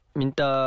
minta